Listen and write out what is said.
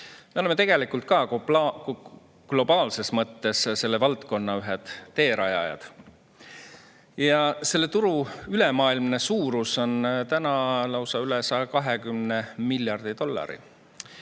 Me oleme tegelikult ka globaalses mõttes selle valdkonna ühed teerajajad. Ja selle turu ülemaailmne suurus on täna lausa üle 120 miljardi dollari.